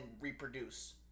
reproduce